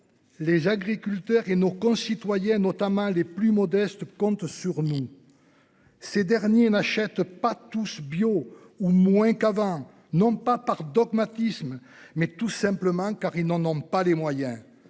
Les agriculteurs et nos concitoyens, notamment les plus modestes compte sur nous. Ces derniers n'achète pas tous bio ou moins qu'avant, non pas par dogmatisme mais tout simplement car ils n'en ont pas les moyens.